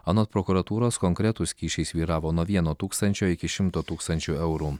anot prokuratūros konkretūs kyšiai svyravo nuo vieno tūkstančio iki šimto tūkstančių eurų